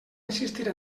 insistir